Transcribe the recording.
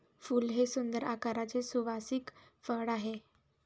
फूल हे सुंदर आकाराचे सुवासिक फळ आहे